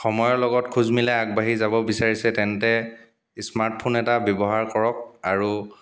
সময়ৰ লগত খোজ মিলাই আগবাঢ়ি যাব বিচাৰিছে তেন্তে স্মাৰ্টফোন এটা ব্যৱহাৰ কৰক আৰু